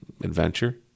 adventure